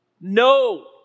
No